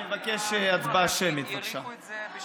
אני מבקש הצבעה שמית, בבקשה.